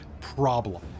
problem